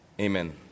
Amen